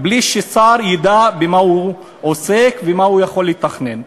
בלי ששר ידע במה הוא עוסק ומה הוא יכול לתכנן.